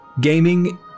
Gaming